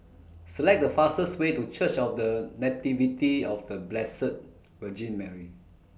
Select The fastest Way to Church of The Nativity of The Blessed Virgin Mary